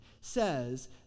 says